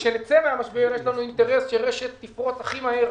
כאשר נצא מן המשבר יש לנו אינטרס שרש"ת תפרוץ הכי מהר,